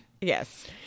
Yes